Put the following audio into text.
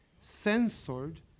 censored